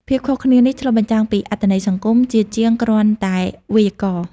ភាពខុសគ្នានេះឆ្លុះបញ្ចាំងពីអត្ថន័យសង្គម ជាជាងគ្រាន់តែវេយ្យាករណ៍។